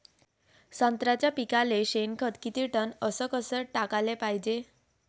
संत्र्याच्या पिकाले शेनखत किती टन अस कस टाकाले पायजे?